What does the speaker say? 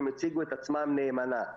הם הציגו את עצמם נאמנה.